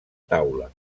taula